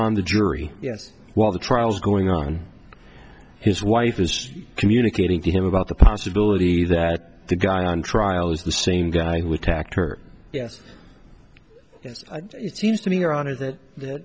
on the jury yes while the trial's going on his wife is communicating to him about the possibility that the guy on trial is the same guy who attacked her yes and it seems to me your honor that the